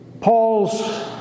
Paul's